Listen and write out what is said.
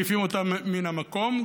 מעיפים אותם מן המקום.